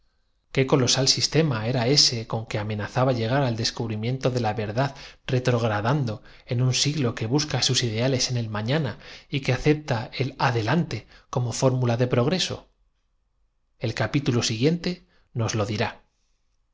para ello qué colosal sistema era ese con que amenazaba llegar al descubri miento de la verdad retrogradando en un siglo que busca sus ideales en el mañana y que acepta el ade lante como fórmula del progreso el capítulo siguiente nos lo dirá